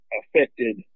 affected